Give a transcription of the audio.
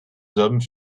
hommes